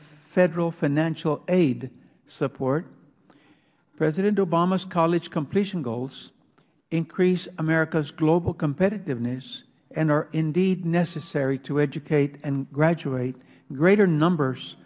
federal financial aid support president obama's college completion goals increase america's global competitiveness and are indeed necessary to educate and graduate greater numbers